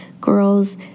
girls